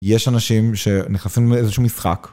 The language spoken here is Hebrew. יש אנשים שנכנסים לאיזשהו משחק.